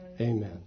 Amen